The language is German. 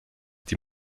die